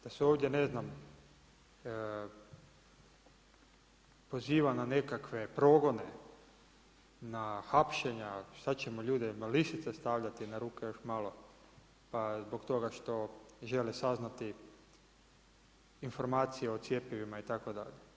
Da su ovdje ne znam poziva na nekakve progone, na hapšenja, šta ćemo ljudima lisice stavljati na ruke još malo zbog toga što žele saznati informacije o cjepivima itd.